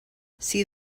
see